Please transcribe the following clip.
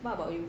what about you